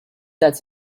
does